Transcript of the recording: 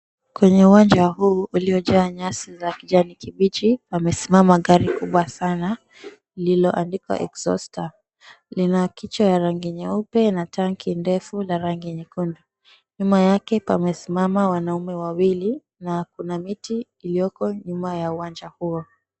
Kwenye uwanja huu uliojaa nyasi za kijani kibichi pamesimama gari kubwa sana lililoandikwa 𝐸𝑥ℎ𝑎𝑢𝑠𝑡𝑒𝑟. Lina kichwa ya rangi nyeupe na tanki ndefu la rangi nyekundu. Nyuma yake pamesimama wanaume wawili na kuna miti iliyoko nyuma ya uwanja huo.